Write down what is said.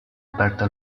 aperta